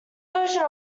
version